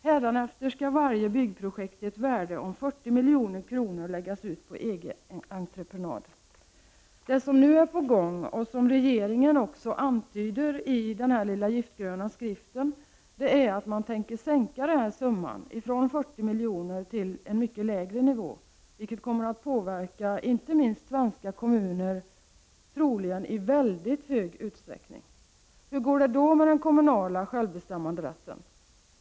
Hädanefter skall varje byggprojekt till ett värde av 40 milj.kr. läggas ut på EG-entreprenad. Det som nu är på gång och som regeringen antyder i den lilla giftgröna skriften är att man tänker sänka beloppet 40 milj.kr. till en mycket lägre nivå, vilket kommer att påverka inte minst svenska kommuner, troligen i väldigt stor utsträckning. Hur går det då med den kommunala självbestämmanderätten?